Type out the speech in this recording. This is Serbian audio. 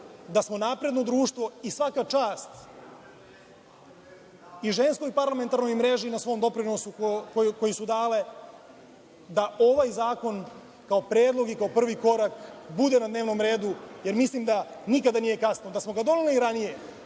da smo napredno društvo i svaka čast i Ženskoj parlamentarnoj mreži na svom doprinosu koji su dale da ovaj zakon, kao predlog i kao prvi korak bude na dnevnom redu, jer mislim da nikada nije kasno. Da smo ga doneli ranije,